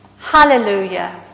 Hallelujah